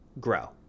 grow